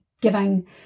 giving